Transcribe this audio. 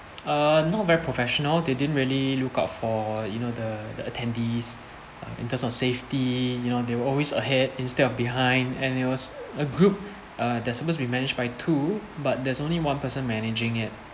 uh not very professional they didn't really look out for you know the the attendees uh in terms of safety you know they will always ahead instead of behind and it was a group uh there're suppose to be managed by two but there's only one person managing it